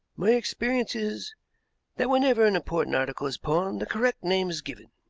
my experience is that whenever an important article is pawned the correct name is given.